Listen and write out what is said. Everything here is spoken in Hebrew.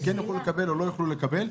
שכן יוכלו לקבל או לא יוכלו לקבל,